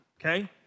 okay